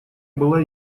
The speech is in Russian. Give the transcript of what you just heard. была